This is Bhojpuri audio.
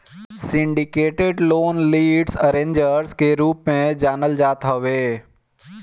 सिंडिकेटेड लोन लीड अरेंजर्स कअ रूप में जानल जात हवे